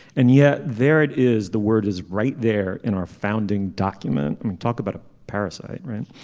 and yet there it is the word is right there in our founding document. i mean talk about a parasite right.